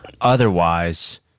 Otherwise